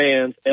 fans